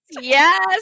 yes